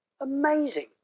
Amazing